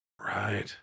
Right